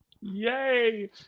Yay